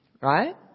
Right